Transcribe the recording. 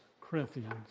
Corinthians